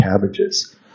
cabbages